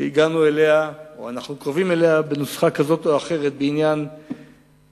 שהגענו אליה או אנו קרובים אליה בנוסחה כזאת או אחרת בעניין ההתיישבות,